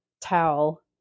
towel